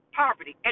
poverty